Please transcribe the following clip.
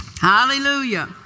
Hallelujah